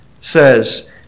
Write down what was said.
says